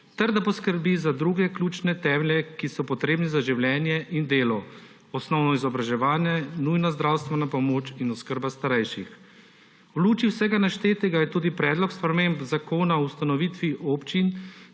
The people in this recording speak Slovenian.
ter da poskrbi za druge ključne temelje, ki so potrebni za življenje in delo, osnovno izobraževanje, nujno zdravstveno pomoč in oskrbo starejših. V luči vsega naštetega je tudi predlog sprememb zakona o ustanovitvi občin